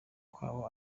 kwabo